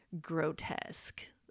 grotesque